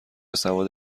سواد